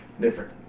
different